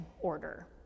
order